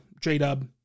J-Dub